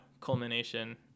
culmination